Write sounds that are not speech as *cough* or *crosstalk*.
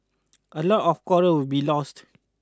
*noise* a lot of coral will be lost